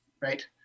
right